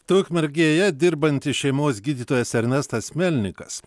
tai ukmergėje dirbantis šeimos gydytojas ernestas melnikas